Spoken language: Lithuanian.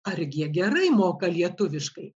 argi jie gerai moka lietuviškai